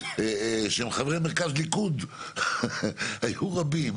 שהם חברי מרכז ליכוד היו רבים,